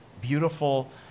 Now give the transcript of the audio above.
beautiful